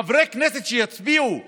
חברי כנסת שיצביעו היום,